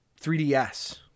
3DS